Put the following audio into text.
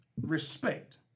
Respect